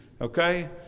okay